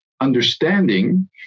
understanding